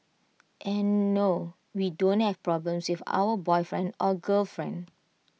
and no we don't have problems with our boyfriend or girlfriend